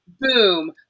boom